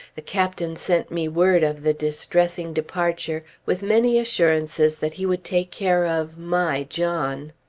the captain sent me word of the distressing departure, with many assurances that he would take care of my john.